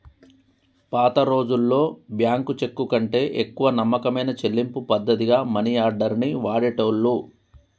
పాతరోజుల్లో బ్యేంకు చెక్కుకంటే ఎక్కువ నమ్మకమైన చెల్లింపు పద్ధతిగా మనియార్డర్ ని వాడేటోళ్ళు